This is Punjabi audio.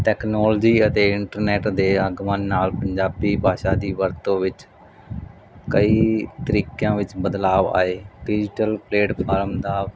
ਟੈਕਨੋਲਜੀ ਅਤੇ ਇੰਟਰਨੈਟ ਦੇ ਆਗਮਨ ਨਾਲ ਪੰਜਾਬੀ ਭਾਸ਼ਾ ਦੀ ਵਰਤੋਂ ਵਿੱਚ ਕਈ ਤਰੀਕਿਆਂ ਵਿੱਚ ਬਦਲਾਵ ਆਏ ਡਿਜੀਟਲ ਪਲੇਟਫਾਰਮ ਦਾ